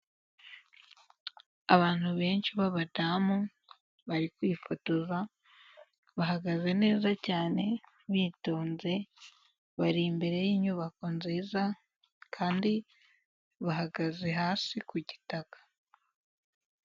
Abantu benshi b'abadamu bari kwifotoza, bahagaze neza cyane bitonze, bari imbere y'inyubako nziza kandi bahagaze hasi ku gitaka.